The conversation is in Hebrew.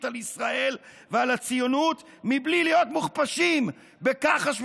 על ישראל ועל הציונות בלי להיות מוכפשים בכחש ובכזב.